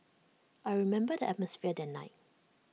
I remember the atmosphere that night